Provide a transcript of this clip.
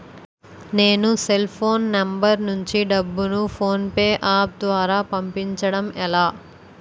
నేను cell phone number నుంచి డబ్బును ను ఫోన్పే అప్ ద్వారా పంపించడం ఎలా?